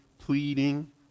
pleading